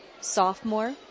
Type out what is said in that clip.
Sophomore